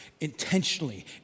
intentionally